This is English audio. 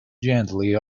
gently